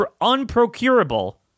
unprocurable